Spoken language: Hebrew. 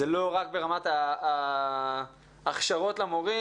זה לא רק ברמת ההכשרות למורים,